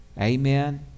amen